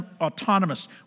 autonomous